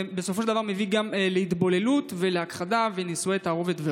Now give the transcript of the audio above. ובסופו של דבר זה מביא גם להתבוללות והכחדה ולנישואי תערובת.